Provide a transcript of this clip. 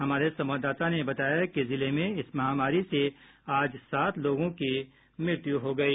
हमारे संवाददाता ने बताया कि जिले में इस महामारी से आज सात लोगों की मृत्यु हो गयी